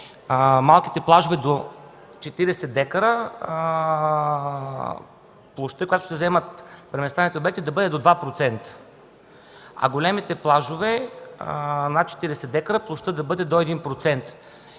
малките плажове до 40 декара, площта, която ще заемат преместваемите обекти, да бъде до 2%, а големите плажове – над 40 декара, площта да бъде до 1%.